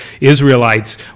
Israelites